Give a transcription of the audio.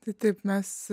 tai taip mes